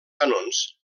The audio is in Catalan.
canons